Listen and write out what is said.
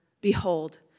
Behold